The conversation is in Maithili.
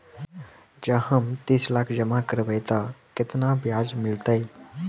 जँ हम तीस लाख जमा करबै तऽ केतना ब्याज मिलतै?